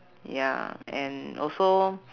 ya and also